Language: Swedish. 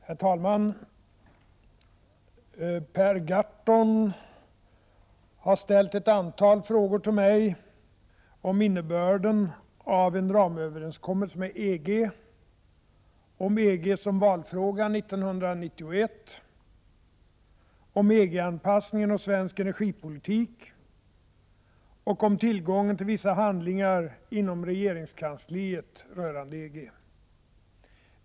Herr talman! Per Gahrton har ställt ett antal frågor till mig om innebörden av en ramöverenskommelse med EG, om EG som valfråga 1991, om EG-anpassningen och svensk energipolitik och om tillgången till vissa handlingar inom regeringskansliet rörande EG.